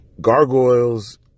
Gargoyles